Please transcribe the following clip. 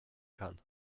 kann